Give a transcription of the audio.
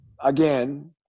again